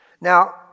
Now